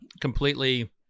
Completely